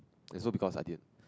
is all because I did